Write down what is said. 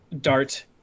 dart